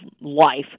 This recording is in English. life